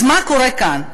אז מה קורה כאן?